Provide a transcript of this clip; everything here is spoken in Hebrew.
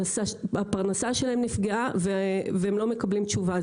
הפרנסה שלהם נפגעה והם לא מקבלים תשובה.